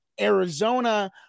Arizona